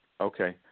Okay